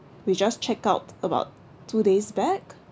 we just checked out about two days back